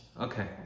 Okay